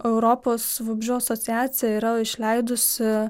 europos vabzdžių asociacija yra išleidusi